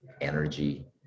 energy